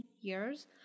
years